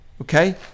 Okay